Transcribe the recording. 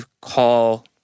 call